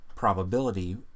probability